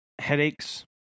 Headaches